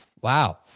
Wow